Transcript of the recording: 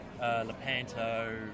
Lepanto